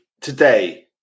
today